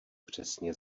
přesně